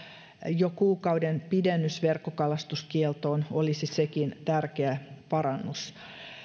jo kuukauden pidennys verkkokalastuskieltoon olisi sekin tärkeä parannus